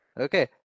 Okay